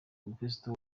mukristo